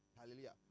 Hallelujah